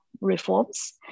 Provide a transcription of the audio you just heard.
reforms